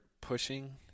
pushing